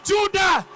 Judah